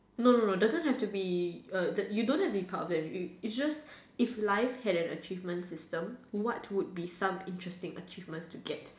no no no doesn't have to be err you don't have to be part of them you it's just if life had an achievement system what would be some interesting achievments to get